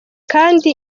kandi